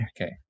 Okay